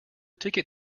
ticket